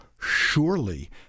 surely